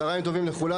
צהריים טובים לכולם.